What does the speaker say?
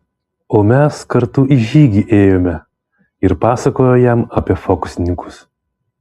o mes kartu į žygį ėjome ir papasakojo jam apie fokusininkus